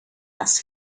das